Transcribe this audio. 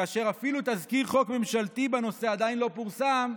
כאשר אפילו תזכיר חוק ממשלתי בנושא עדיין לא פורסם,